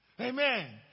Amen